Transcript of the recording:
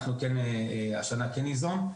אנחנו השנה כן ניזום.